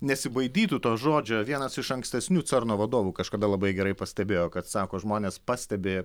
nesibaidytų to žodžio vienas iš ankstesnių cerno vadovų kažkada labai gerai pastebėjo kad sako žmonės pastebi